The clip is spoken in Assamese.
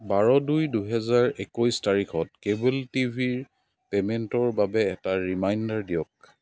বাৰ দুই দুহেজাৰ একৈছ তাৰিখত কেবল টি ভিৰ পে'মেণ্টৰ বাবে এটা ৰিমাইণ্ডাৰ দিয়ক